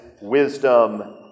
wisdom